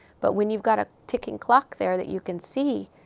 but when you've got a ticking clock there that you can see,